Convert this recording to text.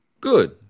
Good